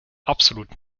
absolut